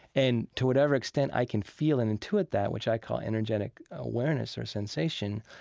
and to whatever extent i can feel and intuit that, which i call energetic awareness or sensation,